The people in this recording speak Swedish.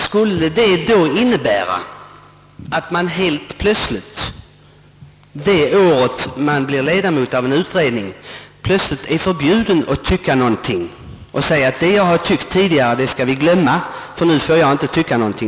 Skulle jag då, när jag blivit ledamot av en utredning som sysslar med hithörande spörsmål, helt plötsligt vara förbjuden att tycka någonting? Skulle jag säga att man måste glömma vad jag tyckt förut?